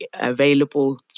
available